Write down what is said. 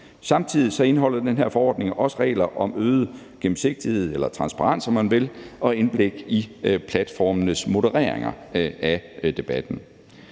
Samtidig indeholder den her forordning også regler om øget gennemsigtighed eller transparens, om man vil, og indblik i platformenes modereringer af debatten.